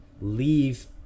leave